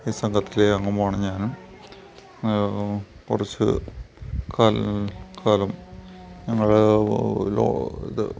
ഈ സംഘത്തിലെ അംഗമാണ് ഞാന് കുറച്ച് കാലം ഞങ്ങള് ഇത്